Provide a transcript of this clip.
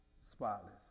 spotless